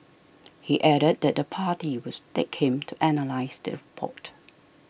he added that the party was take Kim to analyse the report